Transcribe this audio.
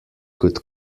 could